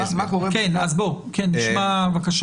כדי